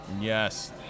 yes